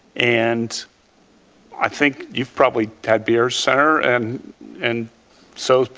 and i think you've probably had beer, senator, and and so,